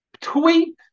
tweet